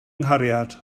nghariad